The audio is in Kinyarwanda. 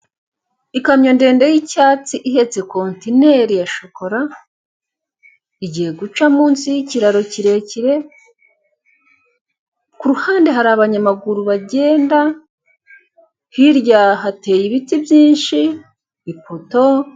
Ikamyo ndende y'icyatsi, ihetse kontineri ya shokora, igiye guca munsi y'ikiraro kirekire, ku ruhande hari abanyamaguru bagenda, hirya hateye ibiti byinshi, ipoto,...